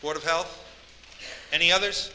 board of health any others